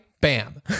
Bam